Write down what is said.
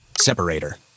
separator